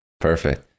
Perfect